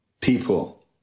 people